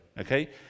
okay